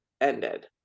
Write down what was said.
ended